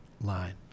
line